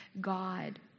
God